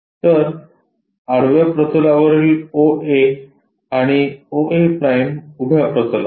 तर आडव्या प्रतलावरील oa आणि oa' उभ्या प्रतलावर